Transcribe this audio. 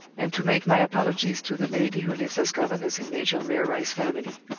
and to make my apologies to the lady who lives as governess in major milroy's family.